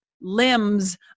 limbs